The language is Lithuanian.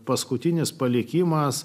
paskutinis palikimas